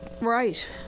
Right